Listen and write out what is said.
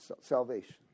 Salvation